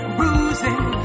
bruising